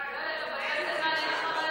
כי אין לך מה להגיד.